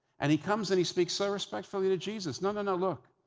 and he comes and he speaks so respectfully to jesus. no-no-no, look,